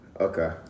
Okay